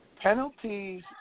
Penalties